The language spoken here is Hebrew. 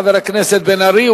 חבר הכנסת מיכאל בן-ארי,